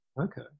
okay